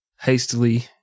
hastily